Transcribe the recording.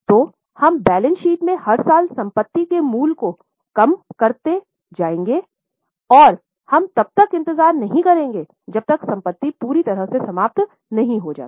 तो हम balance sheet मेँ हर साल संपत्ति के मूल्य को कम करने पर जाएंगे औऱ हम तब तक इंतजार नहीं करेंगे जब तक संपत्ति पूरी तरह से समाप्त नहीं हो जाती